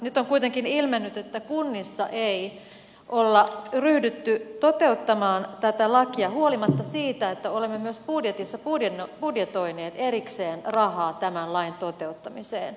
nyt on kuitenkin ilmennyt että kunnissa ei olla ryhdytty toteuttamaan tätä lakia huolimatta siitä että olemme myös budjetissa budjetoineet erikseen rahaa tämän lain toteuttamiseen